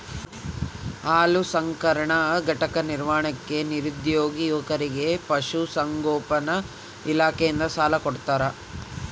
ಹಾಲು ಸಂಸ್ಕರಣಾ ಘಟಕ ನಿರ್ಮಾಣಕ್ಕೆ ನಿರುದ್ಯೋಗಿ ಯುವಕರಿಗೆ ಪಶುಸಂಗೋಪನಾ ಇಲಾಖೆಯಿಂದ ಸಾಲ ಕೊಡ್ತಾರ